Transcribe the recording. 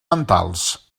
mentals